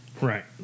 Right